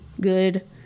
good